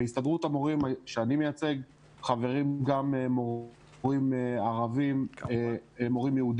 בהסתדרות המורים שאני מייצג חברים גם מורים ערבים ויהודים,